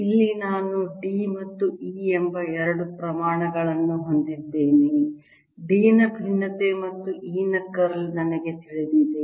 ಇಲ್ಲಿ ನಾನು D ಮತ್ತು E ಎಂಬ ಎರಡು ಪ್ರಮಾಣಗಳನ್ನು ಹೊಂದಿದ್ದೇನೆ D ನ ಭಿನ್ನತೆ ಮತ್ತು E ನ ಕರ್ಲ್ ನನಗೆ ತಿಳಿದಿದೆ